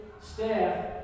staff